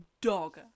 dog